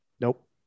Nope